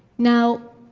now,